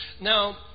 Now